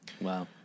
Wow